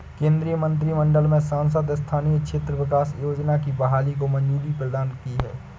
केन्द्रीय मंत्रिमंडल ने सांसद स्थानीय क्षेत्र विकास योजना की बहाली को मंज़ूरी प्रदान की है